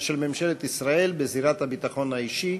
האישי,